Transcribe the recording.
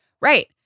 Right